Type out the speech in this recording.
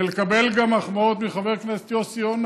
ולקבל גם מחמאות מחבר כנסת יוסי יונה,